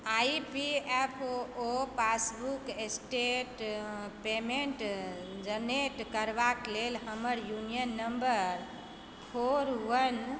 आइ P F O passbook state payment generate करबाकेँ लेल हमर U A N number four one